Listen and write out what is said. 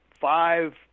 five